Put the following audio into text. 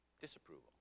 Disapproval